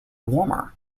warmer